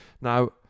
Now